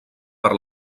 per